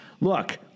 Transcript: Look